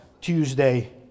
Tuesday